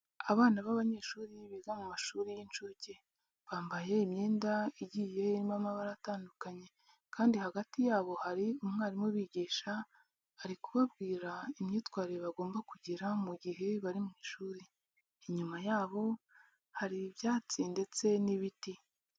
Abana b'abanyeshuri biga mu mashuri y'inshuke bambaye imyenda igiye irimo amabara atandukanye kandi hagati yabo hari umwarimu ubigisha, ari kubabwira imyitwarire bagomba kugera mu gihe bari mu ishuri. Inyuma yabo hari ibyatsi ndetse n'ibiti.